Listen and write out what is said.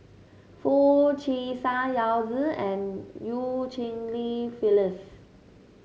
Foo Chee San Yao Zi and Eu Cheng Li Phyllis